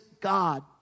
God